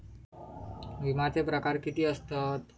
विमाचे प्रकार किती असतत?